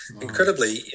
Incredibly